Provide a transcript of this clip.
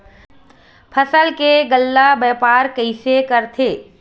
फसल के गल्ला व्यापार कइसे करथे?